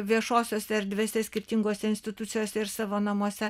viešosiose erdvėse skirtingose institucijose ir savo namuose